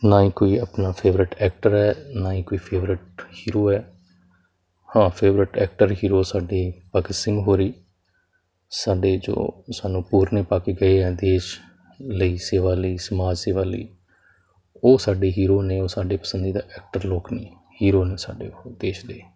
ਨਾ ਹੀ ਕੋਈ ਆਪਣਾ ਫੇਵਰੇਟ ਐਕਟਰ ਹੈ ਨਾ ਹੀ ਕੋਈ ਫੇਵਰਟ ਹੀਰੋ ਹੈ ਹਾਂ ਫੇਵਰੇਟ ਐਕਟਰ ਹੀਰੋ ਸਾਡੇ ਭਗਤ ਸਿੰਘ ਹੋਣੀ ਸਾਡੇ ਜੋ ਸਾਨੂੰ ਪੂਰਨੇ ਪਾ ਕੇ ਗਏ ਆ ਦੇਸ਼ ਲਈ ਸੇਵਾ ਲਈ ਸਮਾਜ ਸੇਵਾ ਲਈ ਉਹ ਸਾਡੇ ਹੀਰੋ ਨੇ ਉਹ ਸਾਡੇ ਪਸੰਦੀਦਾ ਐਕਟਰ ਲੋਕ ਨੇ ਹੀਰੋ ਨੇ ਸਾਡੇ ਉਹ ਦੇਸ਼ ਦੇ